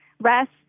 rest